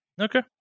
Okay